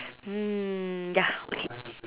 mm ya okay